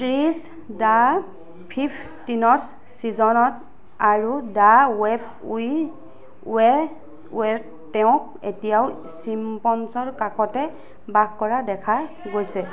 ত্ৰিছ the fifteenth ছিজনত আৰু the web we weave তেওঁক এতিয়াও চিম্পঞ্চনৰ কাষতে বাস কৰা দেখা গৈছে